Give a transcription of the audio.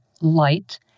light